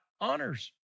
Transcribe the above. honors